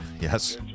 yes